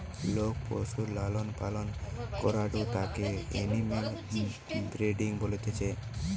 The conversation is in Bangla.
লোক পশুর লালন পালন করাঢু তাকে এনিম্যাল ব্রিডিং বলতিছে